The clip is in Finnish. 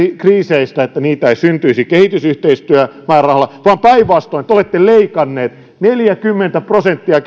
kriiseistä että niitä ei syntyisi kehitysyhteistyömäärärahoilla vaan päinvastoin te olette leikanneet neljäkymmentä prosenttia